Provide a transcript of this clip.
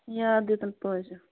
یادٕے یوٚتَن پٲوزیٚو